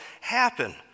happen